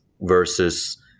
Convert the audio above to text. versus